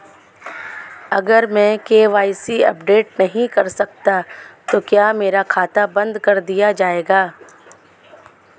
अगर मैं KYC update नहीं करता तो क्या मेरा खाता बंद कर दिया जाएगा?